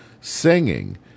singing